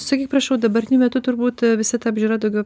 sakyk prašau dabartiniu metu turbūt visa ta apžiūra daugiau